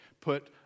put